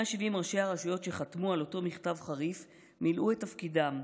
170 ראשי הרשויות שחתמו על אותו מכתב חריף מילאו תפקידם.